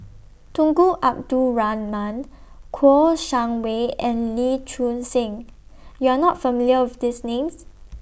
Tunku Abdul Rahman Kouo Shang Wei and Lee Choon Seng YOU Are not familiar with These Names